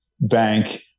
bank